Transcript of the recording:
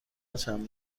چند